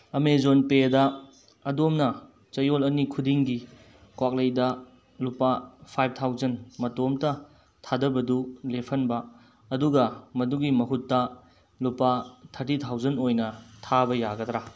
Amazon ꯄꯦꯗ ꯑꯗꯣꯝꯅ ꯆꯍꯤ ꯑꯅꯤ ꯈꯨꯗꯤꯡꯒꯤ ꯀ꯭ꯋꯥꯛꯂꯩꯗ ꯂꯨꯄꯥ ꯐꯥꯏꯕ ꯊꯥꯎꯖꯟ ꯃꯇꯣꯝꯇ ꯊꯥꯗꯕꯗꯨ ꯂꯦꯞꯍꯟꯕ ꯑꯗꯨꯅ ꯃꯗꯨꯒꯤ ꯃꯍꯨꯠꯇ ꯂꯨꯄꯥ ꯊꯥꯔꯇꯤ ꯊꯥꯎꯖꯟ ꯑꯣꯏꯅ ꯊꯥꯕ ꯌꯥꯒꯗ꯭ꯔ